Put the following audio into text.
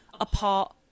apart